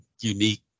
unique